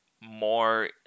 more